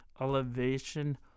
Elevation